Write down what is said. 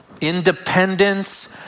Independence